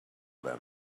them